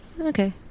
Okay